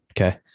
Okay